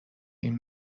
این